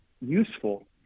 useful